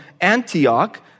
Antioch